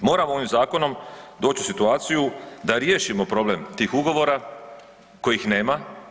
Moramo ovim zakonom doći u situaciju da riješimo problem tih ugovora kojih nema.